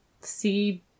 see